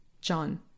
John